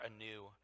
anew